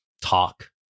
talk